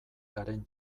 garen